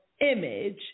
image